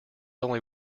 only